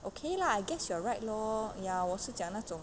okay lah I guess you're right lor ya 我是讲那种